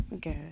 Good